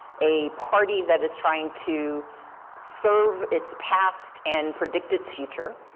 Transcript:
a party that is trying to serve its past and predict its future,